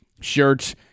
shirts